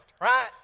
right